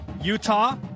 Utah